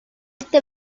este